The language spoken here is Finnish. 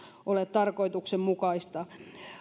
ole tarkoituksenmukaista